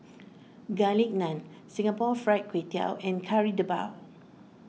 Garlic Naan Singapore Fried Kway Tiao and Kari Debal